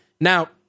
Now